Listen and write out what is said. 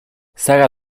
sara